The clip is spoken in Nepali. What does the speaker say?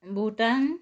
भुटान